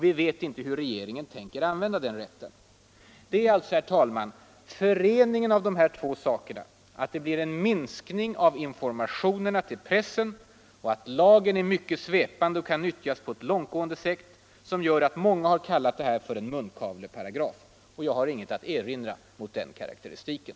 Vi vet inte hur regeringen tänker använda den rätten. Det är alltså föreningen av dessa två saker — att det blir en minskning av informationerna till pressen och att lagen är mycket svepande och kan nyttjas på ett långtgående sätt — som gör att många har kallat det här för en munkavleparagraf. Jag har inget att erinra mot den karakteristiken.